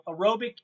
aerobic